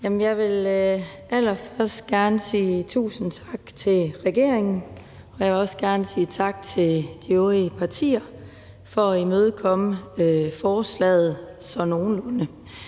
Jeg vil allerførst gerne sige tusind tak til regeringen, og jeg vil også gerne sige tak de øvrige partier for at være sådan nogenlunde